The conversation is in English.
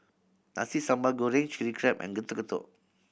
Nasi Sambal Goreng Chili Crab and Getuk Getuk